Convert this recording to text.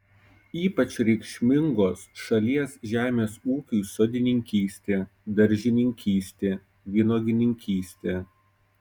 ypač reikšmingos šalies žemės ūkiui sodininkystė daržininkystė vynuogininkystė